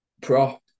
pro